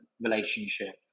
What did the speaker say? relationship